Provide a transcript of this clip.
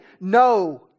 no